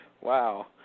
Wow